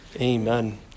amen